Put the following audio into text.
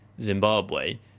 Zimbabwe